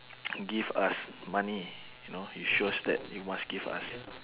give us money you know you show us that you must give us